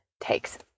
takes